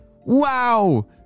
Wow